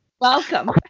Welcome